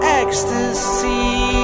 ecstasy